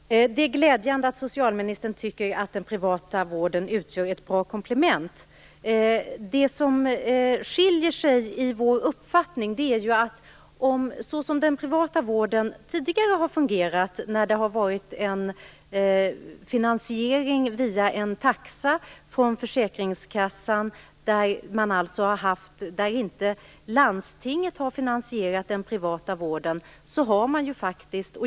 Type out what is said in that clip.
Herr talman! Det är glädjande att socialministern tycker att den privata vården utgör ett bra komplement. Våra uppfattningar skiljer sig dock åt. Tidigare har den privata vården finansierats via en taxa från försäkringskassan. Landstinget har inte finansierat den privata vården.